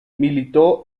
militó